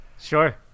Sure